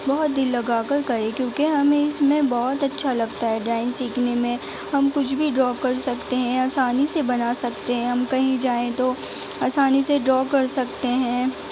بہت دل لگا کر کرے کیونکہ ہمیں اس میں بہت اچھا لگتا ہے ڈرائنگ سیکھنے میں ہم کچھ بھی ڈرا کر سکتے ہیں آسانی سے بنا سکتے ہیں ہم کہیں جائیں تو آسانی سے ڈرا کر سکتے ہیں